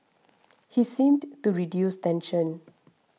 he seemed to reduce tension